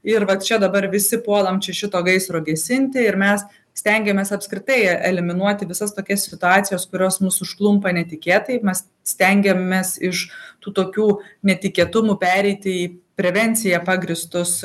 ir va čia dabar visi puolam čia šito gaisro gesinti ir mes stengiamės apskritai eliminuoti visas tokias situacijas kurios mus užklumpa netikėtai mes stengiamės iš tų tokių netikėtumų pereiti į prevenciją pagrįstus